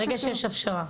ברגע שיש הפשרה.